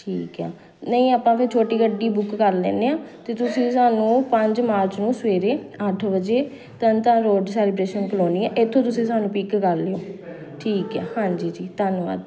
ਠੀਕ ਆ ਨਹੀਂ ਆਪਾਂ ਫਿਰ ਛੋਟੀ ਗੱਡੀ ਬੁੱਕ ਕਰ ਲੈਂਦੇ ਹਾਂ ਅਤੇ ਤੁਸੀਂ ਸਾਨੂੰ ਪੰਜ ਮਾਰਚ ਨੂੰ ਸਵੇਰੇ ਅੱਠ ਵਜੇ ਤਰਨ ਤਾਰਨ ਰੋਡ 'ਤੇ ਸੈਲੀਬ੍ਰੇਸ਼ਨ ਕਲੋਨੀ ਹੈ ਇੱਥੋਂ ਤੁਸੀਂ ਸਾਨੂੰ ਪਿੱਕ ਕਰ ਲਿਓ ਠੀਕ ਹੈ ਹਾਂਜੀ ਜੀ ਧੰਨਵਾਦ